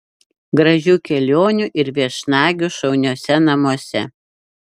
gražių kelionių ir viešnagių šauniuose namuose